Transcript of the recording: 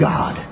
God